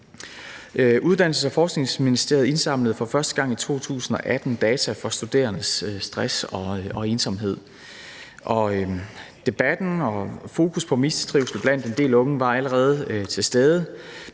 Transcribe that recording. Uddannelses- og Forskningsministeriet indsamlede for første gang i 2018 data om studerendes stress og ensomhed. Debatten om og fokus på mistrivsel blandt en del unge var allerede til stede,